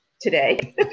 today